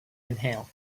inhale